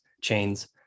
chains